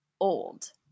old